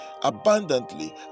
abundantly